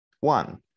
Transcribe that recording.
one